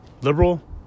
liberal